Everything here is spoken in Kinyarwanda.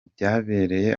byabereye